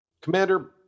Commander